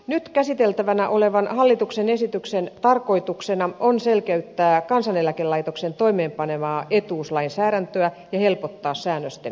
nyt käsiteltävänä olevan hallituksen esityksen tarkoituksena on selkeyttää kansaneläkelaitoksen toimeenpanemaa etuuslainsäädäntöä ja helpottaa säännösten toimeenpanoa